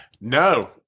No